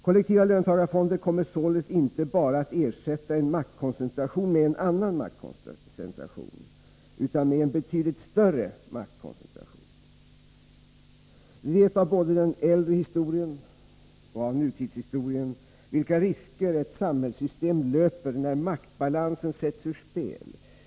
Kollektiva löntagarfonder kommer således inte bara att ersätta en maktkoncentration med en annan, utan med en betydligt större maktkoncentration. Vi vet av både den äldre historien och nutidshistorien vilka risker ett samhällssystem löper när maktbalansen sätts ur spel.